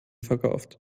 verkauft